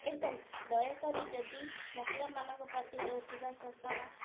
ଏବଂ ଦୟାକରି ଯଦି ମହିଳାମାନଙ୍କ ପ୍ରତି ହେଉଥିବା ଶୋଷଣ